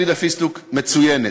גלידת פיסטוק מצוינת.